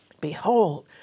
Behold